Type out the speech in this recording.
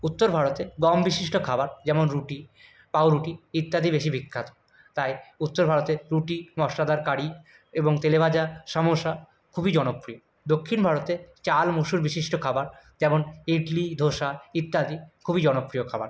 উত্তর ভারতে গম বিশিষ্ট খাবার যেমন রুটি পাউরুটি ইত্যাদি বেশি বিখ্যাত তাই উত্তর ভারতে রুটি মশলাদার কারি এবং তেলে ভাজা সামোসা খুবই জনপ্রিয় দক্ষিণ ভারতে চাল মুসুর বিশিষ্ট খাবার যেমন ইডলি ধোসা ইত্যাদি খুবই জনপ্রিয় খাবার